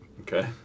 Okay